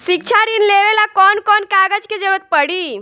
शिक्षा ऋण लेवेला कौन कौन कागज के जरुरत पड़ी?